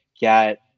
get